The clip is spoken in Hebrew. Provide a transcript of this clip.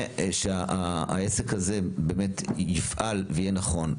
ושהעסק הזה באמת יפעל ויהיה נכון.